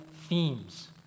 themes